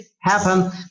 happen